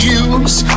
use